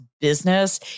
Business